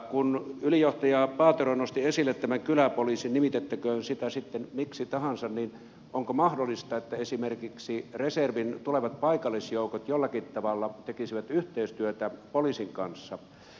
kun ylijohtaja paatero nosti esille tämän kyläpoliisin nimitettäköön sitä sitten miksi tahansa niin onko mahdollista että esimerkiksi reservin tulevat paikallisjoukot jollakin tavalla tekisivät yhteistyötä poliisin kanssa